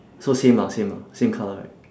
so same ah same lah same colour right